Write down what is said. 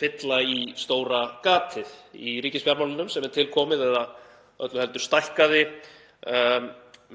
fylla í stóra gatið í ríkisfjármálunum sem er til komið eða öllu heldur stækkaði